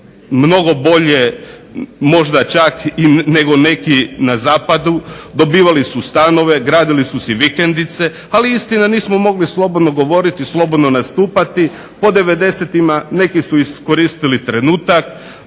mnogo bolje možda čak nego neki na zapadu, dobivali su stanove, gradili su si vikendice, ali istina nismo mogli slobodno govoriti, slobodno nastupati. Po devedesetima neki su iskoristili trenutak,